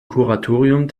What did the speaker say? kuratorium